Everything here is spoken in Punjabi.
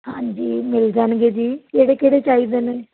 ਹਾਂਜੀ ਮਿਲ ਜਾਣਗੇ ਜੀ ਕਿਹੜੇ ਕਿਹੜੇ ਚਾਹੀਦੇ ਨੇ